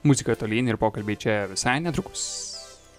muzika tolyn ir pokalbiai čia visai netrukus